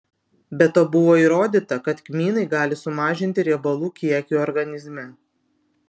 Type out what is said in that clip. be to buvo įrodyta kad kmynai gali sumažinti riebalų kiekį organizme